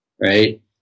right